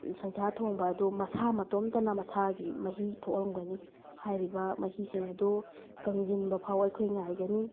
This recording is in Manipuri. ꯁꯟꯁꯥ ꯊꯣꯡꯕ ꯑꯗꯨ ꯃꯁꯥ ꯃꯇꯣꯝꯇꯅ ꯃꯁꯥꯒꯤ ꯃꯍꯤ ꯊꯣꯛꯂꯝꯒꯅꯤ ꯍꯥꯏꯔꯤꯕ ꯃꯍꯤꯁꯤꯡ ꯑꯗꯨ ꯀꯪꯁꯤꯟꯕ ꯐꯥꯎꯕ ꯑꯩꯈꯣꯏ ꯉꯥꯏꯒꯅꯤ